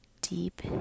deep